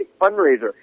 fundraiser